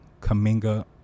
Kaminga